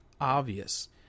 obvious